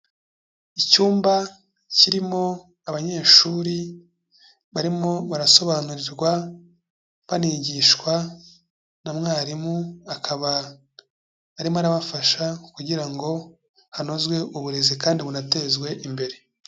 Icyumba kirimo abanyeshuri barimo barasobanurirwa, banigishwa na mwarimu, akaba arimo arabafasha kugira ngo hanozwe uburezi kandi bunatezwe imbere.